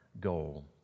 goal